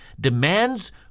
demands